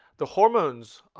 the hormones